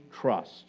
trust